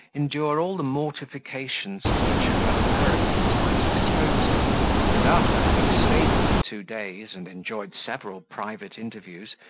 endure all the mortifications to which her brother's arrogance might expose him and, after having stayed with her two days, and enjoyed several private interviews,